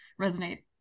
resonate